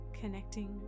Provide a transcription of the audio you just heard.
Connecting